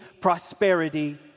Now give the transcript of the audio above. prosperity